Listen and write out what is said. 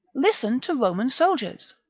listen to roman soldiers!